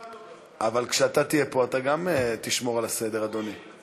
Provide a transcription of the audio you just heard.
אבל כשאתה תהיה פה גם אתה תשמור על הסדר, אדוני.